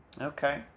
Okay